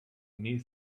near